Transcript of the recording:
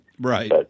Right